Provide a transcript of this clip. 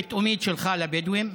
אני מעריך את הדאגה הפתאומית שלך לבדואים,